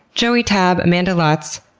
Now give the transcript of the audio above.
joey tab, amanda lotz,